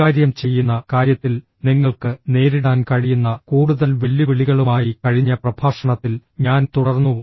കൈകാര്യം ചെയ്യുന്ന കാര്യത്തിൽ നിങ്ങൾക്ക് നേരിടാൻ കഴിയുന്ന കൂടുതൽ വെല്ലുവിളികളുമായി കഴിഞ്ഞ പ്രഭാഷണത്തിൽ ഞാൻ തുടർന്നു